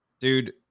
dude